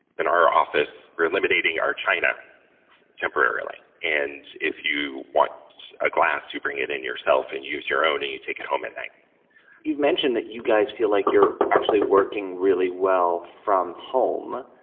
then our office for eliminating our china temporarily. and if you want a glass, you bring it in yourself and use your own and you take it home at night you've mentioned that you guys feel like you're actually working really well from home.